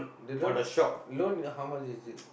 the loan loan how much is it